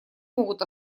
могут